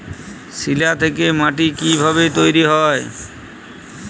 শিলা থেকে মাটি কিভাবে তৈরী হয়?